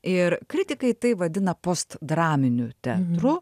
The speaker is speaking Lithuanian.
ir kritikai tai vadina postdraminiu teatru